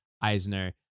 Eisner